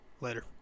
Later